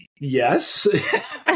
yes